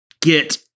get